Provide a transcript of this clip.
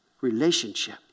relationship